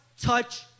touch